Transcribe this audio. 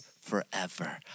forever